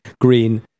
green